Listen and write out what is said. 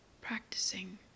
practicing